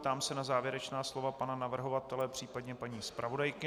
Ptám se na závěrečná slova pana navrhovatele, případně paní zpravodajky.